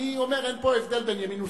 אני אומר, אין פה הבדל בין ימין ושמאל.